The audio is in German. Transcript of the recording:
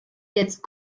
jetzt